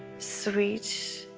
sweet.